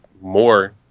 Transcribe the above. more